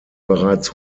bereits